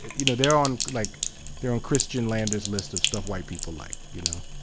you know, they're on like they're on christian lander's list of stuff white people like, you know.